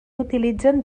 utilitzen